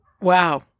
Wow